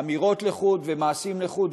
אמירות לחוד ומעשים לחוד,